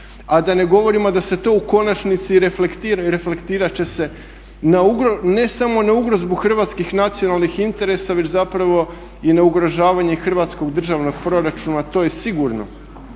A da ne govorimo da se to u konačnici i reflektira i reflektirat će se ne samo na ugrozbu hrvatskih nacionalnih interesa, već zapravo i na ugrožavanje hrvatskog državnog proračuna to je sigurno.